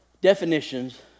definitions